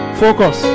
focus